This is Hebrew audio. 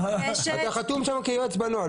אתה חתום שם כיועץ בנוהל.